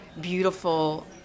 beautiful